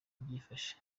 byifashe